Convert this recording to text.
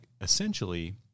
essentially